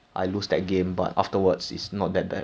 to deal with that cancel combo